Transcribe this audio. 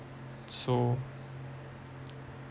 so